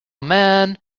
man